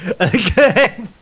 Okay